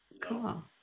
cool